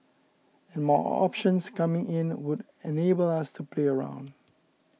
and more options coming in would enable us to play around